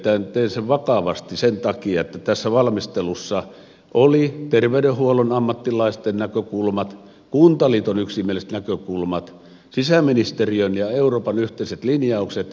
tein sen vakavasti sen takia että tässä valmistelussa oli terveydenhuollon ammattilaisten näkökulmat kuntaliiton yksimieliset näkökulmat sisäministeriön ja euroopan yhteiset linjaukset vastuuttomasti hylätty